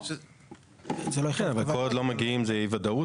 אבל כל עוד מגיעים מדובר באי-ודאות